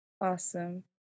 Awesome